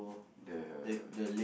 the